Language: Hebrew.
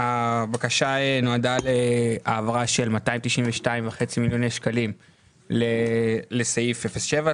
הבקשה נועדה להעברה של 292.5 מיליוני שקלים לסעיף 07,